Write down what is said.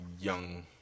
young